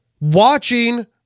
watching